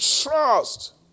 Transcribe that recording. trust